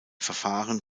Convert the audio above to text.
verfahren